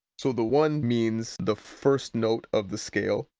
so the one means the first note of the scale.